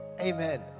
amen